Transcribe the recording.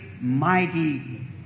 mighty